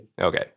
Okay